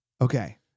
Okay